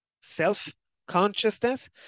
self-consciousness